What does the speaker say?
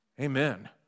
Amen